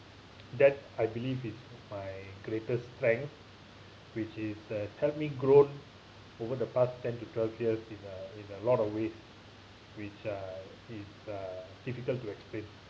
that I believe is my greatest strength which is uh help me growth over the past ten to twelve years in a in a lot of ways which uh is uh difficult to explain